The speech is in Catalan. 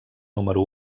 número